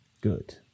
Good